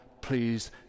please